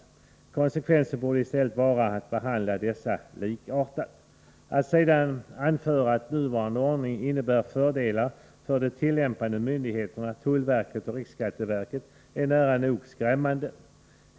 För att få konsekvens borde man i stället behandla dessa likartat. Att anföra att nuvarande ordning innebär fördelar för de tillämpande myndigheterna tullverket och riksskatteverket är nära nog skrämmande.